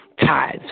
tithes